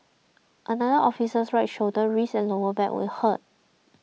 another officer's right shoulder wrist and lower back were hurt